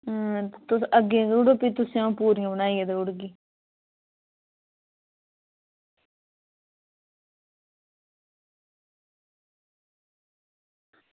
तुस अग्गें देई ओड़ो फ्ही तुसें अं'ऊ पूरियां बनाइयै देई ओड़गी